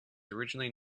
originally